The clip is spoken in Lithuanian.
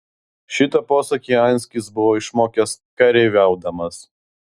šitą posakį anskis buvo išmokęs kareiviaudamas